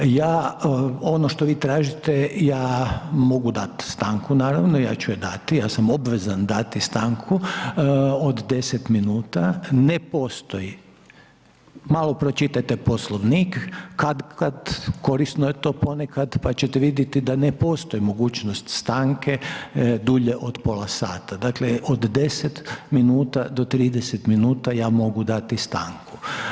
Ja, ono što vi tražite, ja mogu dat stanku, naravno, ja ću je dati, ja sam obvezan dati stanku od 10 min, ne postoji, malo pročitajte Poslovnik kad-kad korisno je to ponekad pa ćete vidjeti da ne postoji mogućnost stanke dulje od pola sata, dakle od 10 min do 30 min ja mogu dati stanku.